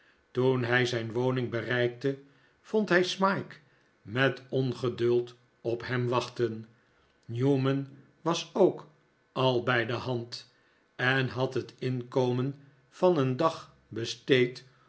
toen hij zijn woning bereikte vond hij smike met ongeduld op hem wachten newman was ook al bij de hand en had het inkomer van een dag besteed